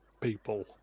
people